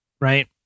right